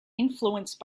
influenced